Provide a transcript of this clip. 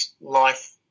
life